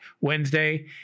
Wednesday